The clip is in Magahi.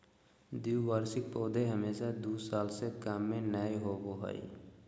द्विवार्षिक पौधे हमेशा दू साल से कम में नयय होबो हइ